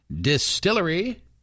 Distillery